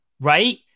right